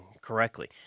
correctly